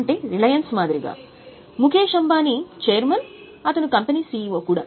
అంటే రిలయన్స్ మాదిరిగానే ముఖేష్ అంబానీ చైర్మన్ అతను కంపెనీ సిఇఒ కూడా